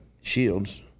Shields